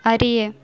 அறிய